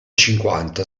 cinquanta